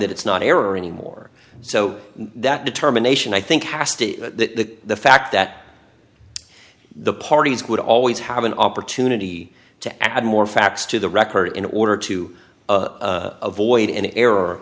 that it's not error anymore so that determination i think has to the fact that the parties would always have an opportunity to add more facts to the record in order to avoid an error